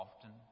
often